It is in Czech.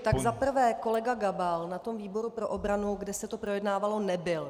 Tak za prvé, kolega Gabal na tom výboru pro obranu, kde se to projednávalo, nebyl.